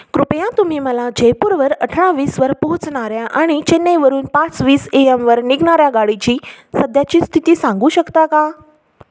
कृपया तुम्ही मला जयपूरवर अठरा वीसवर पोहोचणाऱ्या आणि चेन्नईवरून पाच वीस ए एमवर निघणाऱ्या गाडीची सध्याची स्थिती सांगू शकता का